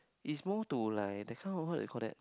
is more to like that kind what do you call that